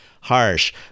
harsh